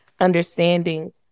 understanding